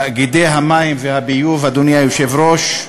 תאגידי המים והביוב, אדוני היושב-ראש,